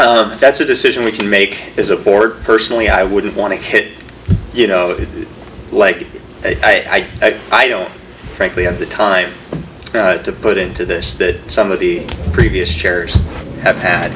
do that's a decision we can make is a board personally i wouldn't want to hit you know like i said i don't frankly have the time to put into this that some of the previous chairs have had